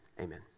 amen